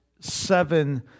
seven